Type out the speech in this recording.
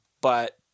but-